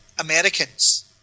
Americans